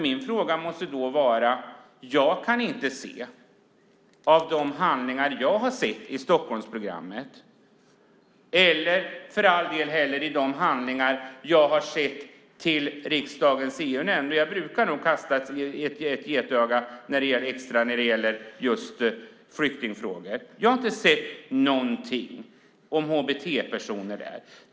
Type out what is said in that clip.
Jag har inte sett någonting om hbt-personer i Stockholmsprogrammets handlingar eller i handlingarna till riksdagens EU-nämnd, och jag brukar kasta ett getöga extra när det gäller just flyktingfrågor. Men jag har inte sett någonting om hbt-personer där.